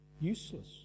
useless